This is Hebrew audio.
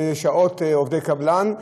ושעות של עובדי קבלן.